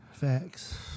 Facts